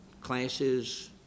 Classes